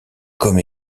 comme